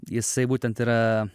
jisai būtent yra